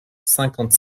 cinquante